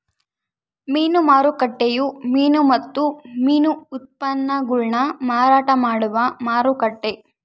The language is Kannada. ಮೀನು ಮಾರುಕಟ್ಟೆಯು ಮೀನು ಮತ್ತು ಮೀನು ಉತ್ಪನ್ನಗುಳ್ನ ಮಾರಾಟ ಮಾಡುವ ಮಾರುಕಟ್ಟೆ